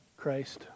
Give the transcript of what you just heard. Christ